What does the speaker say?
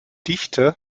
dichte